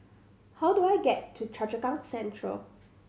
how do I get to Choa Chu Kang Central